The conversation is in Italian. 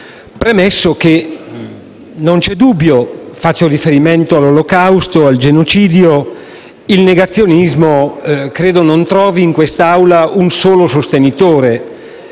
Premetto che non c'è alcun dubbio che, facendo riferimento all'olocausto e al genocidio, il negazionismo non trovi in quest'Aula un solo sostenitore